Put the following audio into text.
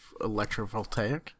Electrovoltaic